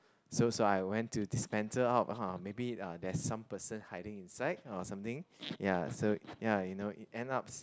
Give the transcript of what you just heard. so so I went to dispenser out maybe uh there's some person hiding inside or something ya so ya you know it end ups